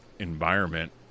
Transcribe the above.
Environment